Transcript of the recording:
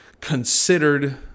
considered